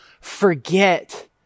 forget